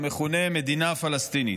המכונה, מדינה פלסטינית.